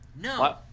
no